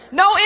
no